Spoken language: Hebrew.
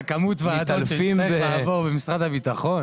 משרד הביטחון